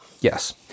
Yes